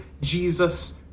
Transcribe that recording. Jesus